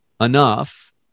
enough